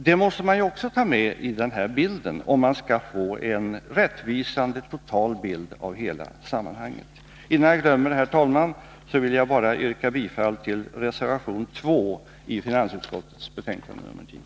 Detta måste man också ta med i bilden, om man skall få en rättvisande bild av hela sammanhanget. Innan jag glömmer det, herr talman, vill jag sedan yrka bifall till reservation nr 2 i finansutskottets betänkande nr 10.